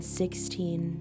sixteen